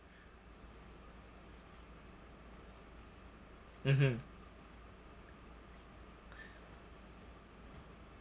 mmhmm